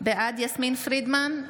בעד יסמין פרידמן,